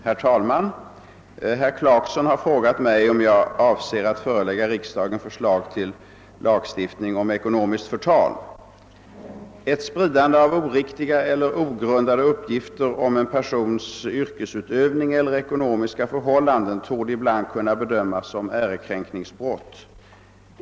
Herr talman! Herr Clarkson har frågat mig om jag avser att förelägga riksdagen förslag till lagstiftning mot ekonomiskt förtal. Ett spridande av oriktiga eller ogrundade uppgifter om en persons yrkesutövning eller ekonomiska förhållanden torde ibland kunna bedömas som ärekränkningsbrott.